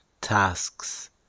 tasks